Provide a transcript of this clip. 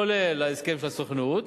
כולל ההסכם של הסוכנות.